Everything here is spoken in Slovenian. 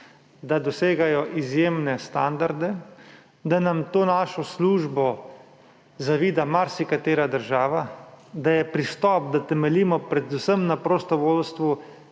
da dosegajo izjemne standarde, da nam to našo službo zavida marsikatera država, da je pristop, da temeljimo predvsem na prostovoljstvu,